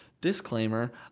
Disclaimer